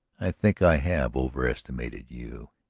i think i have overestimated you.